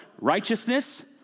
Righteousness